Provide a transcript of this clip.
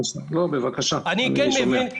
בבקשה, אני שומע.